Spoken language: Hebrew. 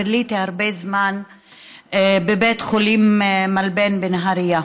ביליתי הרבה זמן בבית חולים מלב"ן בנהריה.